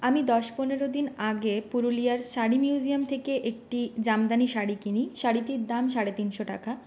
আমি দশ পনেরো দিন আগে পুরুলিয়ার শাড়ি মিউজিয়াম থেকে একটি জামদানি শাড়ি কিনি শাড়িটির দাম সাড়ে তিনশো টাকা